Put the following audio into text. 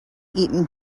eaten